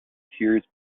cures